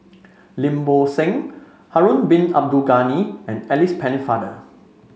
Lim Bo Seng Harun Bin Abdul Ghani and Alice Pennefather